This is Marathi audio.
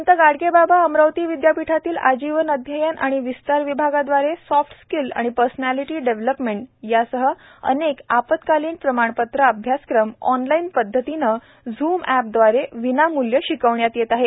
संत गाडगे बाबा अमरावती विद्यापीठातील आजीवन अध्ययन आणि विस्तार विभागाद्वारा सॉफ्ट स्किल व पर्सनॅलिटी डेव्हलपर्मेट अनेक अल्पकालीन प्रमाणपत्र अभ्यासक्रम ऑनलाइन पद्धतीने झूम प द्वारा विनामूल्य शिकवण्यात शिकवण्यात येत आहे